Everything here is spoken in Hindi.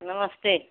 नमस्ते